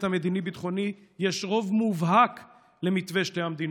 המדיני-ביטחוני יש רוב מובהק למתווה שתי המדינות.